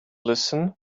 listen